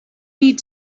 need